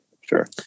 Sure